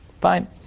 Fine